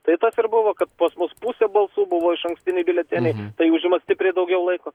tai tas ir buvo kad pas mus pusė balsų buvo išankstiniai biuleteniai tai užima stipriai daugiau laiko